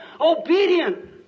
obedient